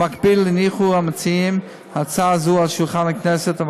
במקביל הניחו המציעים על שולחן הכנסת הצעה זו,